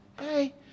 Hey